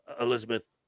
Elizabeth